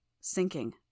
Sinking